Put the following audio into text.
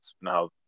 Now